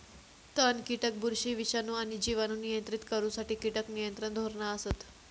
तण, कीटक, बुरशी, विषाणू आणि जिवाणू नियंत्रित करुसाठी कीटक नियंत्रण धोरणा असत